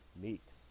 Meeks